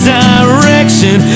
direction